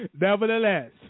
Nevertheless